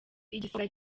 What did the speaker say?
igisonga